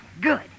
Good